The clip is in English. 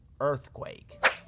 Earthquake